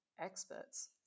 experts